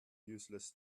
useless